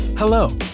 Hello